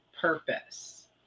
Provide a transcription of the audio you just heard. purpose